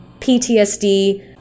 PTSD